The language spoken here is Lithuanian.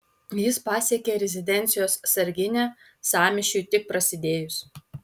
jis pasiekė rezidencijos sarginę sąmyšiui tik prasidėjus